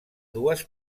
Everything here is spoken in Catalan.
dues